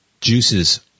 juices